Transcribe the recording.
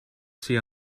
see